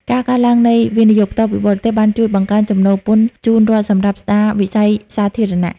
ការកើនឡើងនៃ វិនិយោគផ្ទាល់ពីបរទេស បានជួយបង្កើនចំណូលពន្ធជូនរដ្ឋសម្រាប់ស្ដារវិស័យសាធារណៈ។